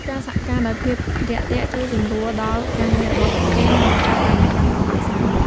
ការសហការដោយភាពរាក់ទាក់ ជួយសម្រួលដល់ការងាររបស់ពួកគេ និងបង្កើតបរិយាកាសល្អប្រសើរ។